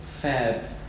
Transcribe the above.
fab